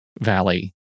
valley